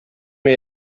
mir